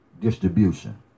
distribution